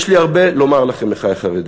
יש לי הרבה לומר לכם, אחי החרדים,